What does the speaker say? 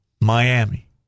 Miami